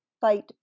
fight